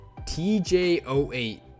TJ08